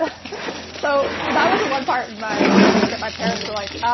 so, that was the one part in my book that my parents were like,